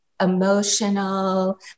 emotional